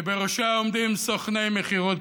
שבראשה עומדים סוכני מכירות,